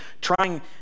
trying